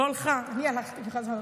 לא הלכה, אני הלכתי וחזרתי,